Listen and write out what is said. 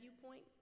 viewpoint